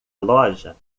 loja